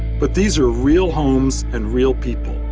but these are real homes and real people.